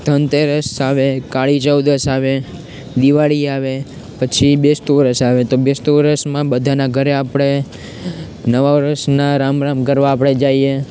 ધનતેરસ આવે કાળી ચૌદસ આવે દિવાળી આવે પછી બેસતું વર્ષ આવે તો બેસતું વર્ષમાં બધાના ઘરે આપણે નવા વર્ષના રામ રામ કરવા આપણે જઈએ